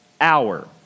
hour